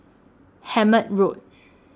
Hemmant Road